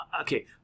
Okay